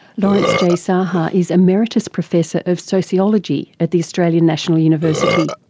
lawrence j saha is emeritus professor of sociology at the australian national university.